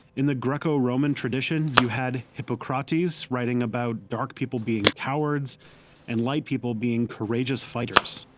in the greco-roman tradition, you had hippocrates writing about dark people being cowards and light people being courageous fighters.